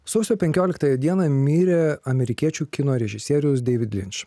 sausio penkioliktąją dieną mirė amerikiečių kino režisierius deivid linč